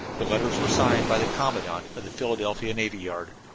the letters were signed by the commandant of the philadelphia navy yard.